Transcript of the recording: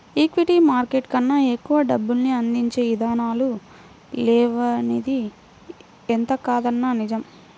equity market కన్నా ఎక్కువ డబ్బుల్ని అందించే ఇదానాలు లేవనిది ఎంతకాదన్నా నిజం